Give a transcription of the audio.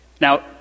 Now